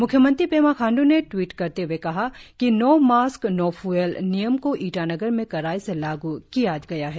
मुख्यमंत्री पेमा खांडू ने ट्वीट करते हुए कहा कि नो मास्क नो फ़्एल नियम को ईटानगर में कड़ाई से लाग़ किया गया है